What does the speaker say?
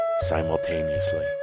simultaneously